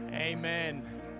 Amen